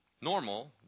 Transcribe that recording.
normal